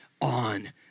on